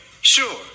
Sure